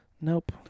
nope